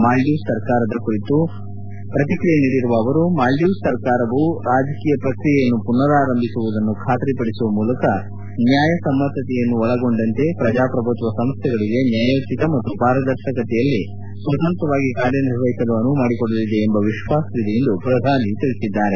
Maldives ಸರ್ಕಾರದ ಕುರಿತು ಪ್ರತಿಕ್ರಿಯಿಸಿರುವ ಅವರು ಮಾಲ್ವೀವ್ಸ್ ಸರ್ಕಾರವು ರಾಜಕೀಯ ಪ್ರಕ್ರಿಯೆಯನ್ನು ಪುನರಾರಂಭಿಸುವುದನ್ನು ಖಾತರಿಪಡಿಸುವ ಮೂಲಕ ನ್ನಾಯಸಮ್ನತ್ನತೆಯನ್ನು ಒಳಗೊಂಡಂತೆ ಪ್ರಜಾಪ್ರಭುತ್ತ ಸಂಸ್ನೆಗಳಿಗೆ ನ್ಯಾಯೋಚಿತ ಮತ್ತು ಪಾರದರ್ಶಕತೆಯಲ್ಲಿ ಸ್ವತಂತ್ರವಾಗಿ ಕಾರ್ಯನಿರ್ವಹಿಸಲು ಅನುವು ಮಾಡಿಕೊಡಲಿದೆ ಎಂಬ ವಿಶ್ವಾಸವಿದೆ ಎಂದಿದ್ದಾರೆ